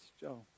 Joe